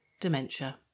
dementia